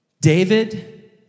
David